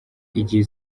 igihe